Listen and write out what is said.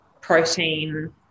protein